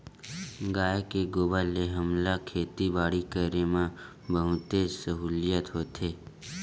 गाय के गोबर ले हमला खेती बाड़ी करे म बहुतेच सहूलियत होथे